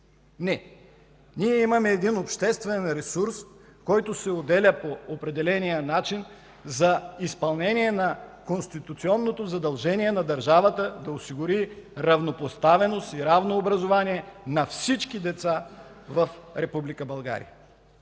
Не! Ние имаме един обществен ресурс, който се отделя по определения начин за изпълнение на конституционното задължение на държавата да осигури равнопоставеност и равно образование на всички деца в